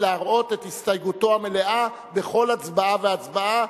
להראות את הסתייגותו המלאה בכל הצבעה והצבעה,